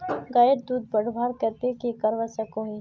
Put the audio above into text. गायेर दूध बढ़वार केते की करवा सकोहो ही?